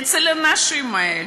אצל האנשים האלה.